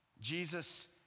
Jesus